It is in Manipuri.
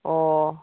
ꯑꯣ